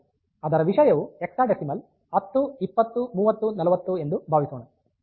ಅದರ ವಿಷಯವು ಹೆಕ್ಸಾಡೆಸಿಮಲ್ 10 20 30 40 ಎಂದು ಭಾವಿಸೋಣ